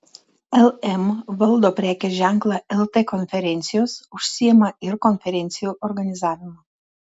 lm valdo prekės ženklą lt konferencijos užsiima ir konferencijų organizavimu